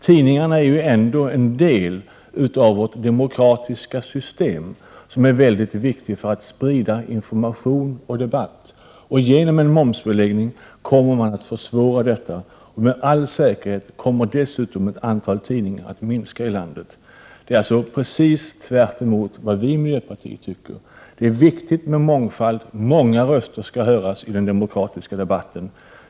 Tidningar är ju ändå en del av vårt demokratiska system, som är mycket viktig för att sprida information och debatt. Genom en momsbeläggning kommer man att försvåra detta. Med all säkerhet kommer dessutom ett antal tidningar i landet att upphöra. Det är precis tvärtemot vad vi i miljöpartiet önskar. Vi anser att det är viktigt med mångfald. Många röster skall höras i den demokratiska debatten.